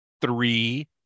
three